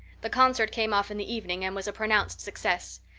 the concert came off in the evening and was a pronounced success.